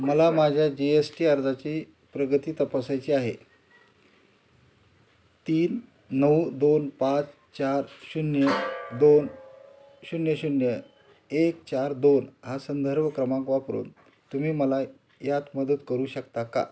मला माझ्या G S T अर्जाची प्रगती तपासायची आहे तीन नऊ दोन पाच चार शून्य दोन शून्य शून्य एक चार दोन हा संदर्भ क्रमांक वापरून तुम्ही मला यात मदत करू शकता का